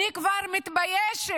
אני כבר מתביישת,